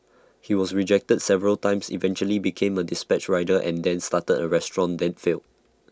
he was rejected several times eventually became A dispatch rider and then started A restaurant then failed